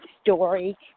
story